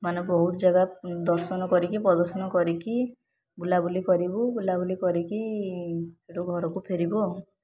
ମାନେ ବହୁତ ଜାଗା ଦର୍ଶନ କରିକି ପଦର୍ଶନ କରିକି ବୁଲାବୁଲି କରିବୁ ବୁଲାବୁଲି କରିକି ଘରକୁ ଫେରିବୁ ଆଉ